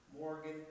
Morgan